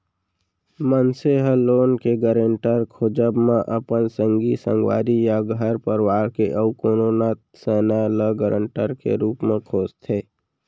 मनसे ह लोन के गारेंटर खोजब म अपन संगी संगवारी या घर परवार के अउ कोनो नत सैना ल गारंटर के रुप म खोजथे